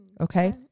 Okay